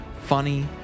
funny